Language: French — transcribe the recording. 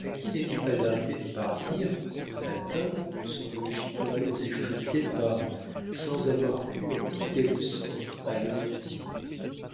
a qui n'est-il pas arrivé de partir le matin de son logis pour aller aux extrémités de paris sans avoir pu en quitter le centre à l'heure du dîner